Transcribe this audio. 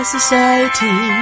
society